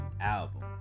album